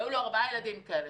והיו לו ארבעה ילדים כאלה.